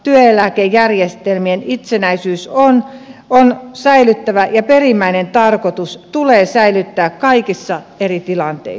työeläkejärjestelmien itsenäisyys on säilytettävä ja niiden perimmäinen tarkoitus tulee säilyttää kaikissa eri tilanteissa